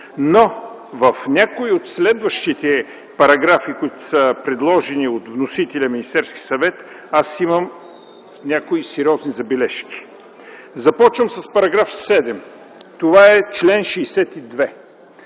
В някои от следващите параграфи, които са предложени от вносителя – Министерски съвет, аз имам някои сериозни забележки. Започвам с § 7. Това е чл. 62.